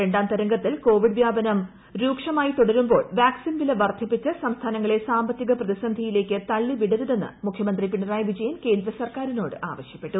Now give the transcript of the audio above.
രണ്ടാം തരംഗത്തിൽ കോവിഡ് വ്യാപനം രക്ഷമായി തുടരുമ്പോൾ വാക്സീൻ വില വർധിപ്പിച്ച് സംസ്ഥാനങ്ങളെ സാമ്പത്തിക പ്രതിസന്ധിയിലേക്ക് തള്ളി വിടരുതെന്ന് മുഖ്യമന്ത്രി പിണറായി വിജയൻ കേന്ദ്ര സർക്കാരിനോട് ആവശ്യപ്പെട്ടു